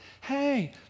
Hey